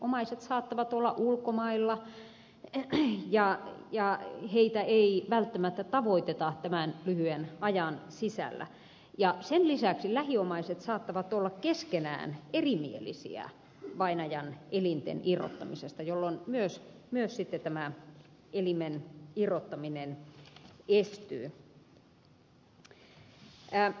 omaiset saattavat olla ulkomailla ja heitä ei välttämättä tavoiteta tämän lyhyen ajan sisällä ja sen lisäksi lähiomaiset saattavat olla keskenään erimielisiä vainajan elinten irrottamisesta jolloin myös sitten tämä elimen irrottaminen estyy